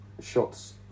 shots